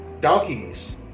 donkeys